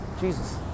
Jesus